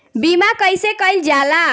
बीमा कइसे कइल जाला?